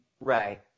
Right